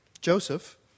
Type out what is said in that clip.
Joseph